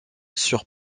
sur